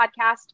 podcast